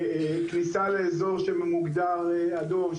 כניסה לאזור שמוגדר אדום,